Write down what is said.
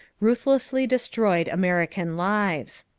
ruthlessly destroyed american lives.